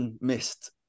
missed